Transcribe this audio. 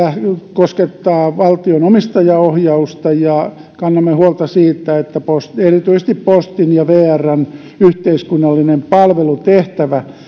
koskettaa valtion omistajaohjausta kannamme huolta siitä että erityisesti postin ja vrn yhteiskunnallisesta palvelutehtävästä